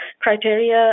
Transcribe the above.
criteria